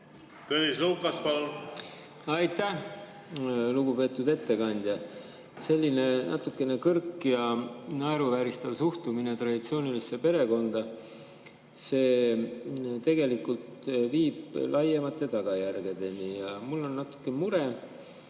Tõnis Lukas, palun! Aitäh! Lugupeetud ettekandja! Selline natukene kõrk ja naeruvääristav suhtumine traditsioonilisse perekonda tegelikult viib laiemate tagajärgedeni. Mul on natuke mure